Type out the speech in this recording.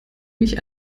mich